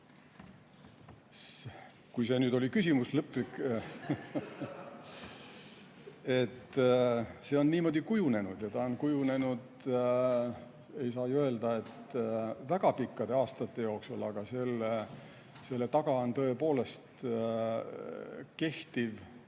Kui see nüüd oli lõplik küsimus, siis see on niimoodi kujunenud. Ja ta on kujunenud, ei saa ju öelda, et väga pikkade aastate jooksul. Selle taga on tõepoolest kehtiv